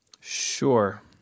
Sure